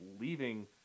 leaving